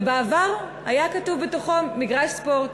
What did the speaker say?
ובעבר היה כתוב בתוכו "מגרש ספורט",